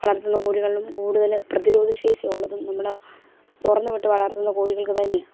വളർത്തുന്ന കോഴികൾളും കൂടുതല് പ്രതിരോധശേഷി ഉള്ളതും നമ്മൾ തുറന്ന് വിട്ട് വളർത്തുന്ന കോഴികൾക്ക് തന്നെയാണ്